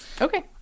Okay